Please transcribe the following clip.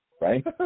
right